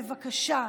בבקשה,